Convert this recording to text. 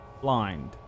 blind